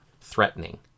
threatening